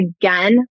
again